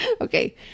Okay